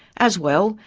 as well,